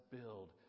build